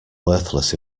worthless